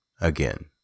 again